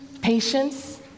Patience